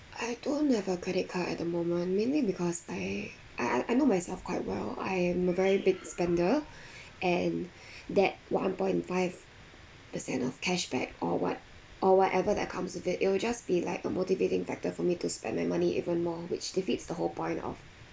I don't have a credit card at the moment mainly because I I I I know myself quite well I am a very big spender and that one point five percent of cashback or what or whatever that comes with it it'll just be like a motivating factor for me to spend my money even more which defeats the whole point of